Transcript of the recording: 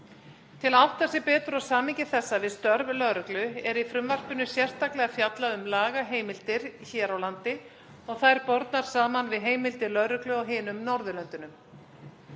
Til að átta sig betur á samhengi þessa við störf lögreglu er í frumvarpinu sérstaklega fjallað um lagaheimildir hér á landi og þær bornar saman við heimildir lögreglu á hinum Norðurlöndunum.